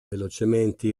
velocemente